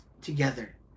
together